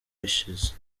ashes